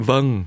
Vâng